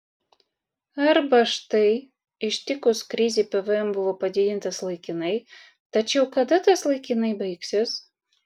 arba štai ištikus krizei pvm buvo padidintas laikinai tačiau kada tas laikinai baigsis